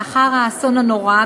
לאחר האסון הנורא,